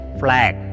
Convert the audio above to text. flag